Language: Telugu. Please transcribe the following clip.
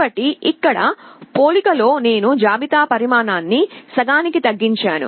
కాబట్టి ఇక్కడ పోలిక లో నేను జాబితా పరిమాణాన్ని సగానికి తగ్గించాను